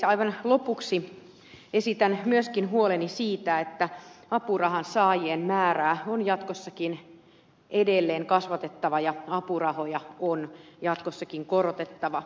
aivan lopuksi esitän myöskin huoleni siitä että apurahansaajien määrää on jatkossakin edelleen kasvatettava ja apurahoja on jatkossakin korotettava